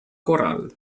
coral